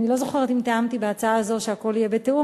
אני לא זוכרת אם תיאמתי בהצעה הזאת שהכול יהיה בתיאום,